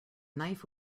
knife